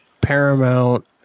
Paramount